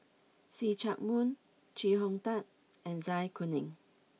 see Chak Mun Chee Hong Tat and Zai Kuning